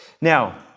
Now